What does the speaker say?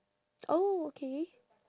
oh okay